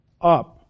up